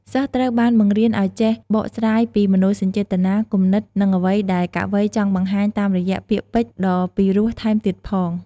សិស្សត្រូវបានបង្រៀនឱ្យចេះបកស្រាយពីមនោសញ្ចេតនា គំនិត និងអ្វីដែលកវីចង់បង្ហាញតាមរយៈពាក្យពេចន៍ដ៏ពីរោះថែមទៀតផង។